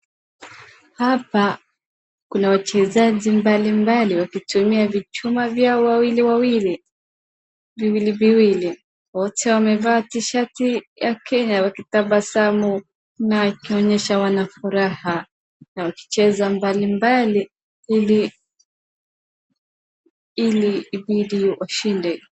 Hapa kuna wachezaji mbalimbali wakitumia vichuma vya wawiliwawili viwiliviwili, wote wamevaa tishati ya Kenya wakitabasamu na wakionyesha wako na furaha na wakicheza mbalimbali ili ibidi washinde.